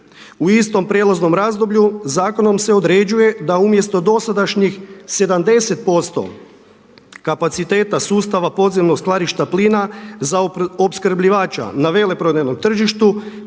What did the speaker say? U istom prijelaznom razdoblju zakonom se određuje da umjesto dosadašnjih 70% kapaciteta sustava podzemnog skladišta plina za opskrbljivača na veleprodajnom tržištu